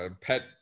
pet